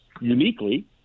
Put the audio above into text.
uniquely